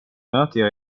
möter